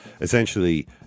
Essentially